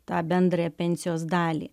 tą bendrąją pensijos dalį